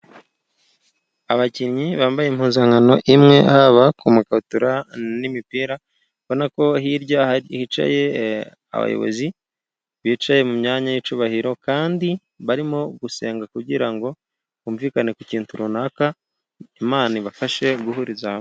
Abakinnyi bambaye impuzankano imwe haba ku makabutura n'imipira, ubona ko hirya hicaye abayobozi bicaye mu myanya y'icyubahiro, kandi barimo gusenga kugira ngo bumvikane ku kintu runaka, Imana ibafashe guhuriza hamwe.